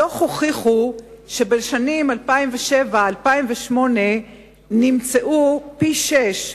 בדוח הוכח שבשנים 2007 2008 נמצאו פי-שישה,